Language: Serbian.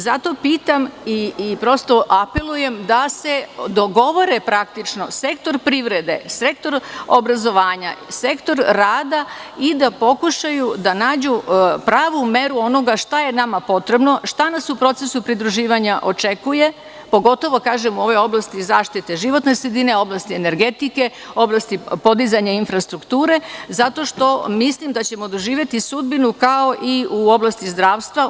Zato pitam i prosto apelujem da se dogovore praktično, sektor privrede, sektor obrazovanja, sektor rada i da pokušaju da nađu pravu meru onoga šta je nama potrebno, šta nas u procesu pridruživanja očekuje, pogotovo kažem u ovoj oblasti zaštite životne sredine, oblasti energetike, oblasti podizanja infrastrukture, zato što mislim da ćemo doživeti istu sudbinu kao i u oblasti zdravstva.